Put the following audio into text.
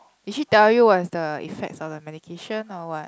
did she tell you what is the effects of the medication or what